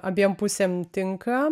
abiem pusėm tinka